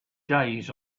days